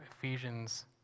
Ephesians